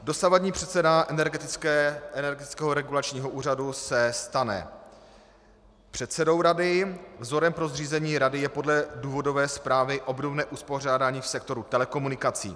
Dosavadní předseda Energetického regulačního úřadu se stane předsedou rady, vzorem pro zřízení rady je podle důvodové zprávy obdobné uspořádání v sektoru telekomunikací.